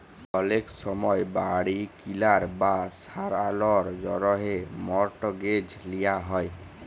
অলেক সময় বাড়ি কিলার বা সারালর জ্যনহে মর্টগেজ লিয়া হ্যয়